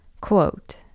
Quote